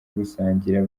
gusangira